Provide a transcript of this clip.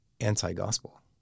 anti-gospel